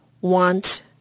want